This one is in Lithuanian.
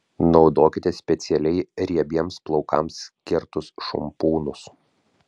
naudokite specialiai riebiems plaukams skirtus šampūnus